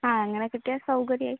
ആ അങ്ങനെ കിട്ടിയാൽ സൗകര്യമായി